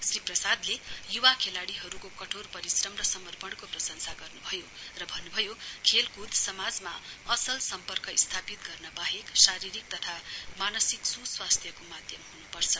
श्री प्रसादले युवा खेलाइ़ीहरुको कठोर परिश्रम र समपर्णको प्रशंसा गर्नुभयो र भन्नुभयो खेलकुद समाजमा असल सम्पर्क स्थापित गर्न वाहेक शारीरिक तथा मानसिक सुस्वास्थ्यको माध्य हुनुपर्छ